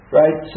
right